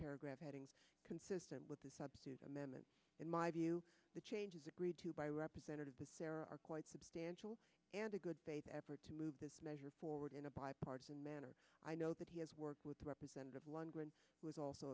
paragraph headings consistent with the sub amendment in my view the changes agreed to by representatives of there are quite substantial and a good faith effort to move this measure forward in a bipartisan manner i know that he has work with representative lundgren was also